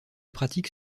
pratique